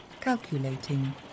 calculating